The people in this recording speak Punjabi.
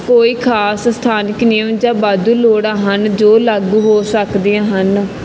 ਕੋਈ ਖਾਸ ਸਥਾਨਕ ਨਿਊਜ ਜਾਂ ਵਾਧੂ ਲੋੜਾਂ ਹਨ ਜੋ ਲਾਗੂ ਹੋ ਸਕਦੀਆਂ ਹਨ